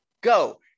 go